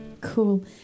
Cool